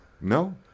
No